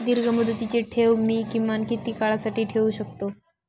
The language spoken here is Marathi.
दीर्घमुदतीचे ठेव मी किमान किती काळासाठी ठेवू शकतो?